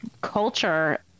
culture